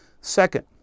Second